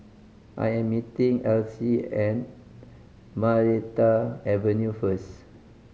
I am meeting Alcee and Maranta Avenue first